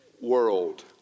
world